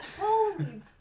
holy